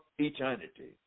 eternity